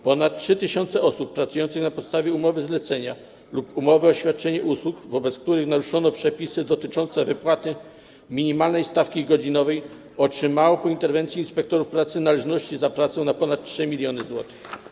Ponad 3 tys. osób pracujących na podstawie umowy zlecenia lub umowy o świadczenie usług, wobec których naruszono przepisy dotyczące wypłaty minimalnej stawki godzinowej, otrzymało po interwencji inspektorów pracy należności za pracę na ponad 3 mln zł.